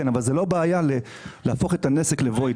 אבל זו לא בעיה להפוך את הנזק ל-Void.